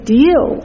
deal